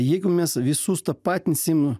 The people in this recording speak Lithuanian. jeigu mes visus tapatinsim